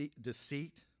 deceit